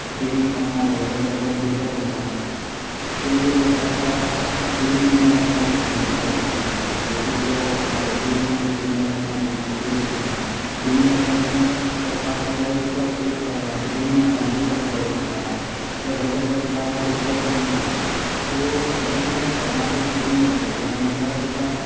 trading account जाल्या वेगवेगळे brokers आसा ते किदें करता तुका फ्रीन डीमेट अकावंट ओपन करपाक दिता जर तूं तुजो डायरेक्टी वचून एक डीमेट अकावंट करूं शकता डीमेट अकावंट ओपन करपाक प्लस तुका एक ट्रेडींग एकावंटूय करपाचो पडटा सो हें सगलें तुका ब्रोकर करून दिता सो सपोज तुका स्टोक मार्केट ट्रेडींग करपाक जाय न्ही जाल्यार तुका